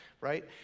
right